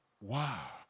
wow